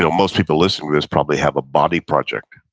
so most people listening to this probably have a body project.